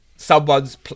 Someone's